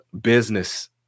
business